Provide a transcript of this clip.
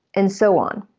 and so on.